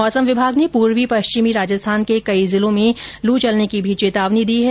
मौसम विभाग ने पूर्वी पश्चिमी राजस्थान के कई जिलों में लू चलने की भी चेतावनी दी है